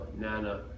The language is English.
Nana